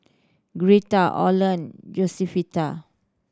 Greta Oland Josefita